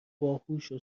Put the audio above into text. باهوشو